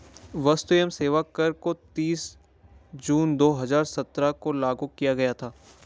वस्तु एवं सेवा कर को तीस जून दो हजार सत्रह को लागू किया गया था